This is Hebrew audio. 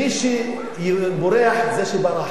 מי שבורח, זה שברח.